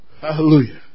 Hallelujah